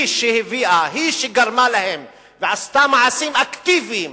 היא שהביאה, היא שגרמה להם ועשתה מעשים אקטיביים